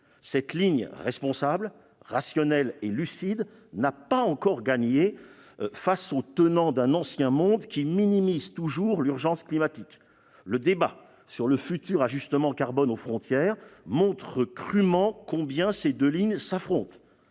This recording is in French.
Cette ligne responsable, rationnelle et lucide n'a pas encore gagné face aux tenants d'un ancien monde qui minimisent toujours l'urgence climatique. Le débat sur le futur ajustement carbone aux frontières montre crûment combien ces deux lignes s'affrontent.